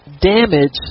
damage